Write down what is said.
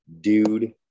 dude